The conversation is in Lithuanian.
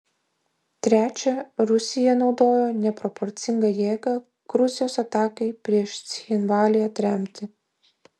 trečia rusija naudojo neproporcingą jėgą gruzijos atakai prieš cchinvalį atremti